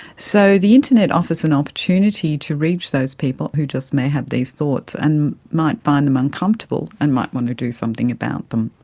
so the internet offers an opportunity to reach those people who just may have these thoughts and might find them uncomfortable and might want to do something about them.